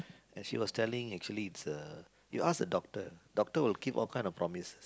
and she was telling actually it's a you ask the doctor doctor will keep all kind of promise